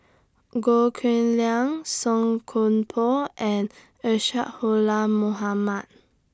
Goh Cheng Liang Song Koon Poh and Isadhora Mohamed